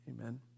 Amen